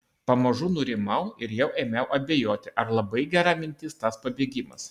pamažu nurimau ir jau ėmiau abejoti ar labai gera mintis tas pabėgimas